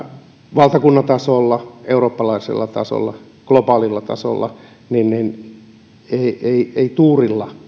valtakunnan tasolla eurooppalaisella tasolla globaalilla tasolla niin niin ei ei tuurilla